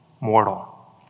mortal